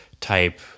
type